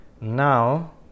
Now